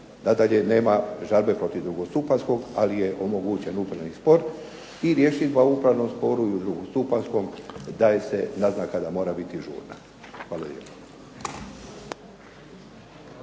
nadalje nema žalbe protiv drugostupanjskog ali je omogućen upravni spor i rješidba u upravnom sporu i drugostupanjskom daje se naznaka da mora biti žurna. Hvala lijepo.